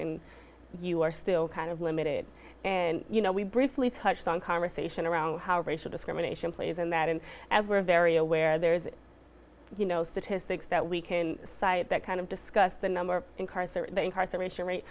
and you are still kind of limited and you know we briefly touched on conversation around how racial discrimination plays in that and as we're very aware there's you know statistics that we can cite that kind of discuss the number of incarceration incarceration rate